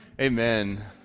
Amen